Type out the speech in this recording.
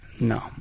no